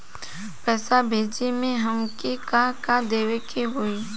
पैसा भेजे में हमे का का देवे के होई?